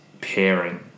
pairing